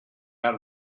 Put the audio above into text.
out